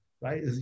right